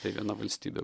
tai viena valstybė